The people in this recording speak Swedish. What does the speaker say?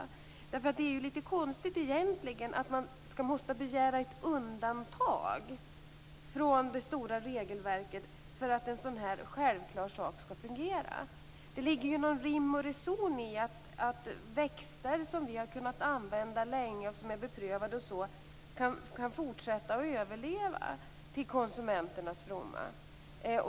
Det är egentligen litet konstigt att man måste begära ett undantag från det stora regelverket för att en sådan här självklar sak skall fungera. Det ligger rim och reson i att växter som vi har kunnat använda länge och som är beprövade kan fortsätta att överleva till konsumenternas fromma.